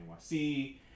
NYC